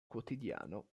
quotidiano